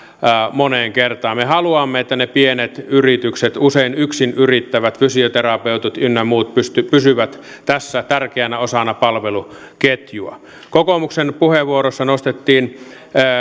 moneen kertaan me haluamme että ne pienet yritykset usein yksin yrittävät fysioterapeutit ynnä muut pysyvät tässä tärkeänä osana palveluketjua kokoomuksen puheenvuorossa nostettiin